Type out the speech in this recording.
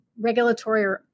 regulatory